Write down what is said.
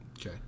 Okay